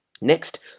next